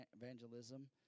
evangelism